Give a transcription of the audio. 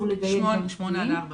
עד השעה ארבע